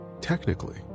technically